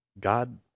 God